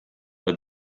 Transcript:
għal